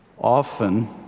Often